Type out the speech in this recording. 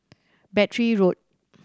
Battery Road